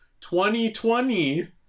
2020